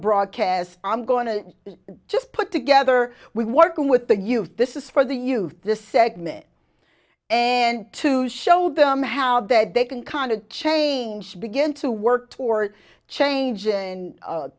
broadcast i'm going to just put together with working with the youth this is for the youth the segment and to show them how that they can kind of change begin to work toward changing